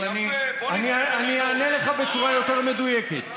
אבל אענה לך בצורה יותר מדויקת.